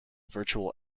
virtual